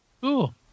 Cool